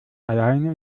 alleine